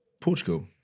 Portugal